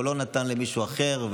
הוא לא נתן למישהו אחר,